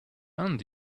and